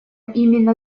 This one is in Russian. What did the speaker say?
именно